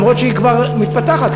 אף שהיא כבר מתפתחת,